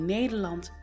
Nederland